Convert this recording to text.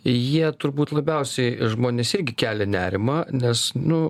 jie turbūt labiausiai žmonės irgi kelia nerimą nes nu